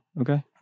Okay